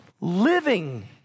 living